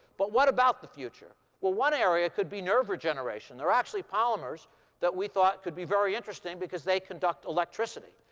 but what about the future? well, one area could be nerve regeneration. there are actually polymers that we thought could be very interesting, because they conduct electricity.